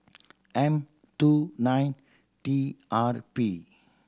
M two nine T R P